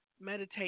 meditate